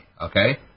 okay